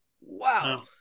Wow